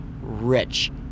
rich